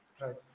Right